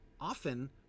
often